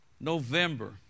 November